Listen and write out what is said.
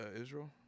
Israel